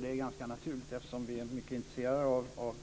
Det är ganska naturligt, eftersom vi är mycket intresserade av